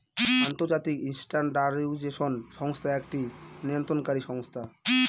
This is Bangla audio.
আন্তর্জাতিক স্ট্যান্ডার্ডাইজেশন সংস্থা একটি নিয়ন্ত্রণকারী সংস্থা